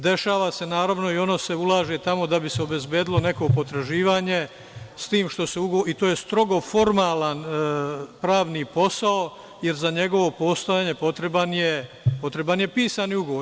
Dešava se, naravno, i ono se ulaže tamo da bi se obezbedilo neko potraživanje i to je strogo formalan pravni posao, jer za njegovo postojanje je potreban pisani ugovor.